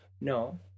No